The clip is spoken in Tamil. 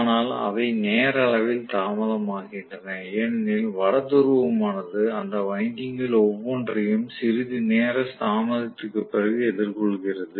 ஆனால் அவை நேர அளவில் தாமதமாகின்றன ஏனெனில் வட துருவமானது அந்த வைண்டிங்க்குகள் ஒவ்வொன்றையும் சிறிது நேர தாமதத்திற்குப் பிறகு எதிர்கொள்கிறது